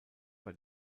bei